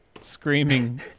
screaming